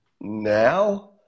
Now